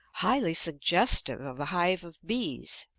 highly suggestive of a hive of bees,